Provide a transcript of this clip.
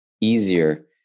easier